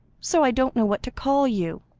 so i don't know what to call you.